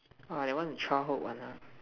I want to trap hope one lah